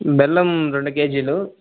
బెల్లం రెండు కేజీలు